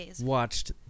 watched